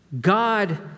God